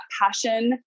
passion